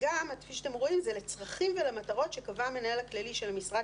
וגם כפי שאתם רואים זה "לצרכים ולמטרות שקבע המנהל הכללי של המשרד